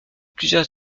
plusieurs